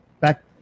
back